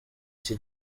iki